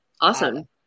Awesome